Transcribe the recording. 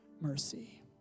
mercy